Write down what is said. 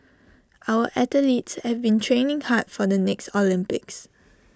our athletes have been training hard for the next Olympics